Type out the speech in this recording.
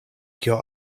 kio